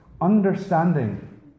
understanding